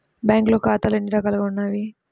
బ్యాంక్లో ఖాతాలు ఎన్ని రకాలు ఉన్నావి?